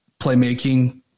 playmaking